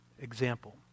example